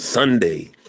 Sunday